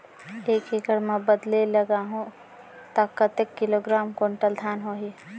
एक एकड़ मां बदले लगाहु ता कतेक किलोग्राम कुंटल धान होही?